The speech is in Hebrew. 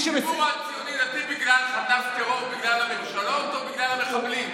הציבור הציוני-דתי חטף טרור בגלל הממשלות או בגלל המחבלים?